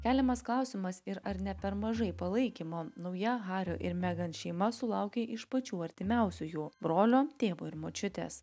keliamas klausimas ir ar ne per mažai palaikymo nauja hario ir megan šeima sulaukė iš pačių artimiausiųjų brolio tėvo ir močiutės